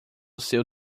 seu